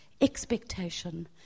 Expectation